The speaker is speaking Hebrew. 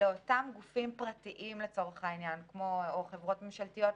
אלה אותם גופים פרטיים או חברות ממשלתיות.